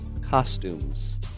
costumes